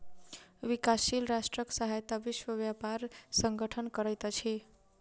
विकासशील राष्ट्रक सहायता विश्व व्यापार संगठन करैत अछि